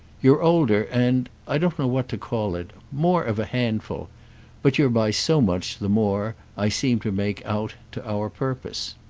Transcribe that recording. you're older and i don't know what to call it more of a handful but you're by so much the more, i seem to make out, to our purpose.